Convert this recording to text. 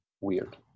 Weird